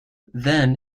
then